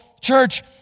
church